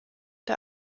der